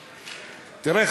תראה,